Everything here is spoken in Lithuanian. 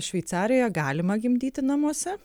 šveicarijoje galima gimdyti namuose